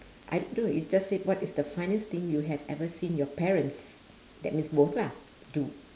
I don't know it just said what is the funniest thing you have ever seen your parents that means both lah do